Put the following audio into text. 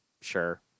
Sure